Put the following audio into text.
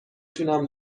تونم